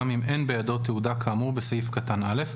גם אם אין בידו תעודה כאמור בסעיף קטן (א),